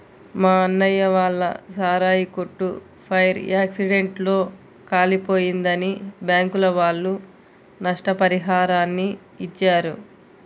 మా అన్నయ్య వాళ్ళ సారాయి కొట్టు ఫైర్ యాక్సిడెంట్ లో కాలిపోయిందని బ్యాంకుల వాళ్ళు నష్టపరిహారాన్ని ఇచ్చారు